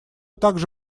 также